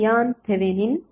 Lyon Thevenin